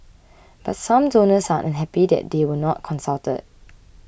but some donors are unhappy that they were not consulted